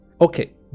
Okay